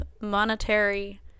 monetary